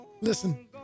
Listen